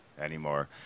anymore